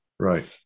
Right